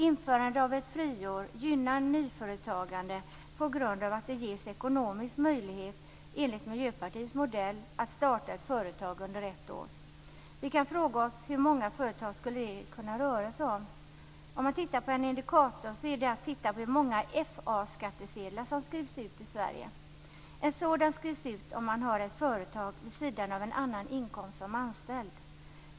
Införandet av ett friår gynnar, enligt Miljöpartiets modell, nyföretagande genom att det ges ekonomisk möjlighet att starta ett företag under ett år. Vi kan fråga oss hur många företag det skulle kunna röra sig om. En indikator på detta är hur många FA-skattsedlar som skrivs ut i Sverige. En sådan skrivs ut om man har ett företag vid sidan av en annan inkomst som anställd.